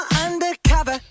undercover